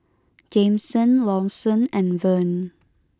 Jameson Lawson and Verne